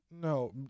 No